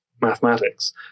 mathematics